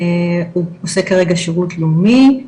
הוא עושה כרגע שירות לאומי,